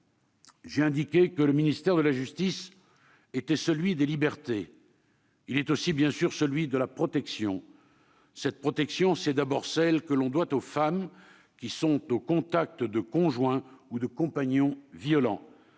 j'ai indiqué que le ministère de la justice était celui des libertés. Il est aussi, bien entendu, celui de la protection, à commencer par celle que l'on doit aux femmes qui sont au contact de conjoints ou de compagnons violents.